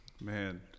Man